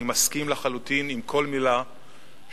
אני מסכים לחלוטין עם כל מלה שאמרת,